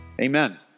Amen